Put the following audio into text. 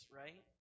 right